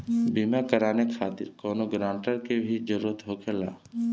बीमा कराने खातिर कौनो ग्रानटर के भी जरूरत होखे ला?